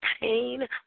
pain